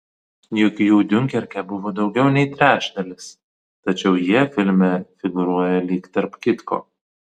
juk jų diunkerke buvo daugiau nei trečdalis tačiau jie filme figūruoja lyg tarp kitko